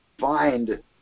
find